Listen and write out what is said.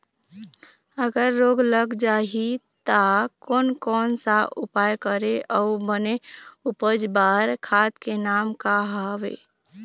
अगर रोग लग जाही ता कोन कौन सा उपाय करें अउ बने उपज बार खाद के नाम का हवे?